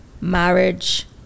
marriage